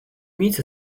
meets